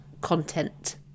content